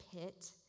pit